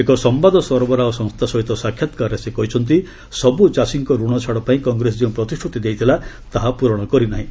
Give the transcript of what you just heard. ଏକ ସମ୍ବାଦ ସରବରାହ ସଂସ୍ଥା ସହିତ ସାକ୍ଷାତକାରରେ ସେ କହିଛନ୍ତି ସବୁ ଚାଷୀଙ୍କ ଋଣ ଛାଡ ପାଇଁ କଂଗ୍ରେସ ଯେଉଁ ପ୍ରତିଶୁତି ଦେଇଥିଲା ତାହା ପୂରଣ କରିନାହିଁ